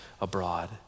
abroad